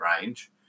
range